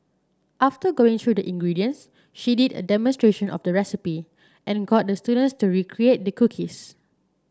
after going through the ingredients she did a demonstration of the recipe and got the students to recreate the cookies